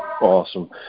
awesome